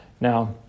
Now